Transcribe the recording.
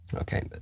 Okay